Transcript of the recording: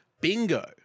Bingo